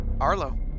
Arlo